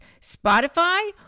Spotify